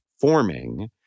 forming